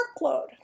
workload